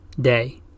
day